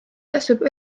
tasub